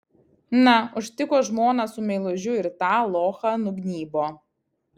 na užtiko žmoną su meilužiu ir tą lochą nugnybo